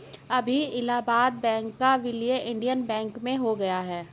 अभी इलाहाबाद बैंक का विलय इंडियन बैंक में हो गया है